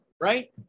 right